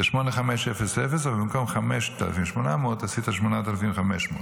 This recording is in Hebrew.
זה 8500 ובמקום 5,800 עשית 8,500,